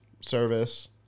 service